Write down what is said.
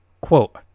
Quote